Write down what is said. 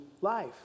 life